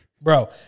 Bro